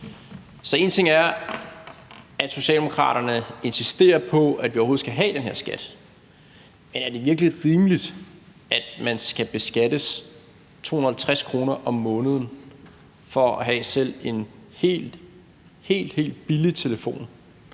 Så en ting er, at Socialdemokraterne insisterer på, at vi overhovedet skal have den her skat, men er det virkelig rimeligt, at man skal beskattes af 250 kr. om måneden for at have selv en helt, helt billig telefon,